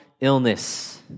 illness